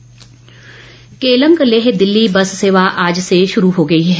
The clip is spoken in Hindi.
लेह बस केलंग लेह दिल्ली बस सेवा आज से शुरू हो गई है